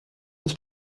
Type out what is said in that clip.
ich